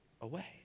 away